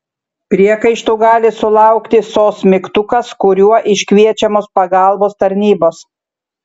priekaištų gali sulaukti sos mygtukas kuriuo iškviečiamos pagalbos tarnybos